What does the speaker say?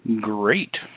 great